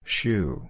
Shoe